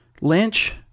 Lynch